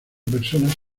personas